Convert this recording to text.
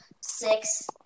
six